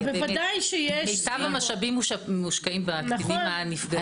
מיטב המשאבים מושקעים בקטינים הנפגעים.